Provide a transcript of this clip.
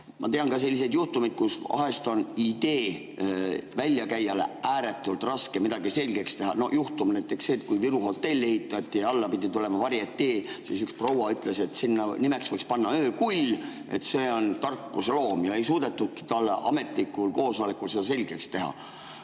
Ma tean ka selliseid juhtumeid, kus vahel on idee väljakäijale ääretult raske midagi selgeks teha. Näiteks see juhtum. Kui Viru hotelli ehitati ja sinna alla pidi tulema varietee, siis üks proua ütles, et selle nimeks võiks panna Öökull, see on tarkuse sümbol. Ei suudetud talle ametlikul koosolekul seda selgeks teha.